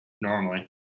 normally